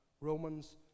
Romans